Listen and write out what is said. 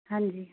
ਹਾਂਜੀ